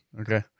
Okay